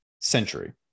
century